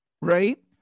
Right